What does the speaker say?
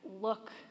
look